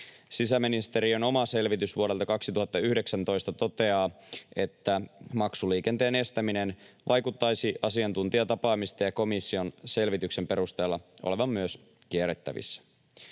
Sisäministeriön oma selvitys vuodelta 2019 toteaa, että maksuliikenteen estäminen vaikuttaisi asiantuntijatapaamisten ja komission selvityksen perusteella olevan myös kierrettävissä.